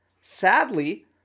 sadly